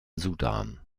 sudan